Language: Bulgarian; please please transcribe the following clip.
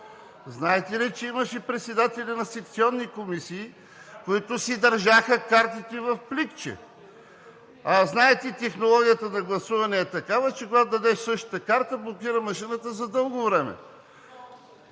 знаете ли, че имаше председатели на секционни комисии, които си държаха картите в пликче, а знаете технологията на гласуване е такава, че когато дадеш същата карта, машината блокира за дълго време.